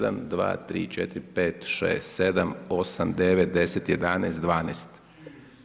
1, 2, 3, 4, 5, 6, 7, 8, 9, 10, 11, 12.